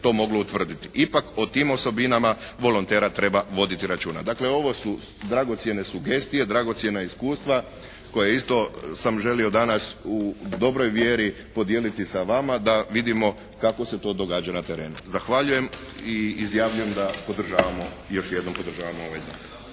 to moglo utvrditi. Ipak o tim osobinama volontera treba voditi računa. Dakle, ovo su dragocjene sugestije, dragocjena iskustva koja isto sam želio danas u dobroj mjeri podijeliti sa vama da vidimo kako se to događa na terenu. Zahvaljujem i izjavljujem da podržavamo, još jednom podržavamo ovaj zakon.